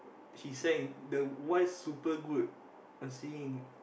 she sang the wife super good at singing